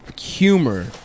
humor